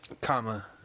Comma